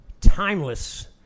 timeless